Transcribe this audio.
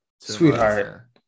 Sweetheart